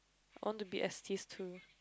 I want to be too